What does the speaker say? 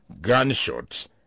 gunshots